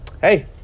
Hey